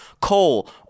coal